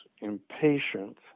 impatient